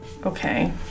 Okay